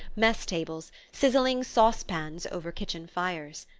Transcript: mess-tables, sizzling sauce-pans over kitchen-fires.